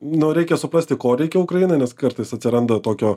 nu reikia suprasti ko reikia ukrainai nes kartais atsiranda tokio